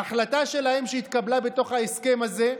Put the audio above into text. ההחלטה שלהם, שהתקבלה בתוך ההסכם הזה,